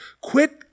Quit